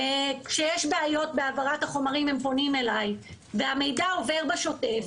כשיש בעיות בהעברת החומרים הם פונים אלי והמידע עובר בשוטף.